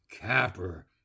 Capper